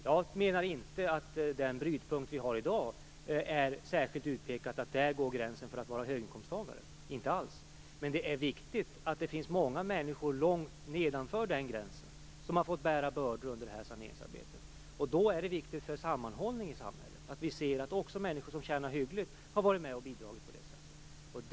Jag menar inte att det med den brytpunkt vi har i dag är särskilt utpekat att gränsen för höginkomsttagare går där - inte alls. Men det är riktigt att det finns med människor långt nedanför den gränsen som har fått bära bördor under saneringsarbetet. Då är det viktigt för sammanhållningen i samhället att vi ser att också människor som tjänar hyggligt har varit med och bidragit på det sättet.